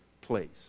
place